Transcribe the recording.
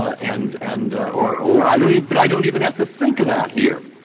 and and or or i mean but i don't even have to think of that here,